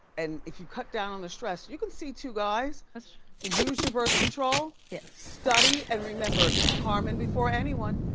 and if you cut down on the stress, you can see two guys. and use your birth control. yes. study and remember it's carmen before anyone.